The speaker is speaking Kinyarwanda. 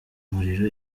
muriro